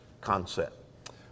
concept